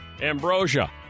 Ambrosia